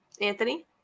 Anthony